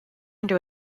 into